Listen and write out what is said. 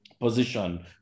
position